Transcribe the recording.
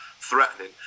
threatening